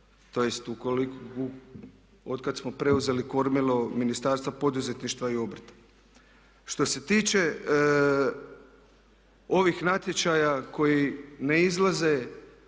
tj. otkad smo preuzeli kormilo Ministarstva poduzetništva i obrta. Što se tiče ovih natječaja koji ne izlaze